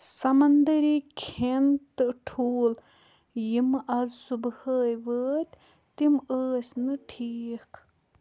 سمنٛدٔری کھٮ۪ن تہٕ ٹھوٗل یِم آز صُبحٲے وٲتۍ تِم ٲسۍ نہٕ ٹھیٖک